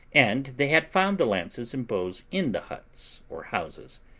and they had found the lances and bows in the huts, or houses,